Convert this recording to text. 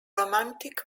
romantic